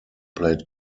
played